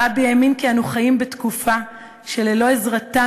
הרבי האמין כי אנו חיים בתקופה שללא עזרתן